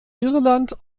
irland